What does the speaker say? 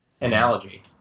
analogy